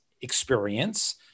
experience